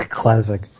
classic